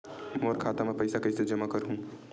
मोर खाता म पईसा कइसे जमा करहु?